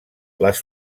les